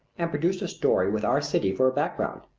and produced a story with our city for a background,